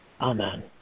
Amen